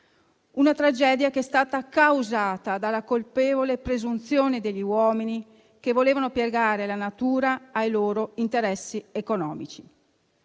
una tragedia che è stata causata dalla colpevole presunzione degli uomini che volevano piegare la natura ai loro interessi economici.